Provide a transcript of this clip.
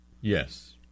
Yes